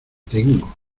tengo